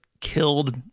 killed